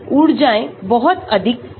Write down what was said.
ऊर्जाएं बहुत अधिक भिन्न नहीं हैं